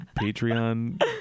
patreon